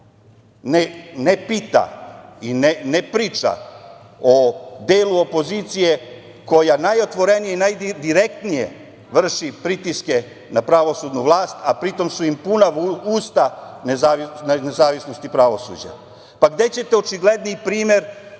ne pita i ne priča o delu opozicije koja najotvorenije i najdirektnije vrši pritiske na pravosudnu vlast, a pri tom su im puna usta nezavisnosti pravosuđa? Pa, gde ćete očigledniji primer